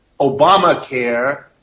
Obamacare